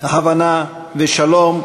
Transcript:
הבנה ושלום,